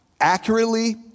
accurately